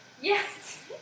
yes